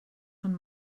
von